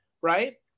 Right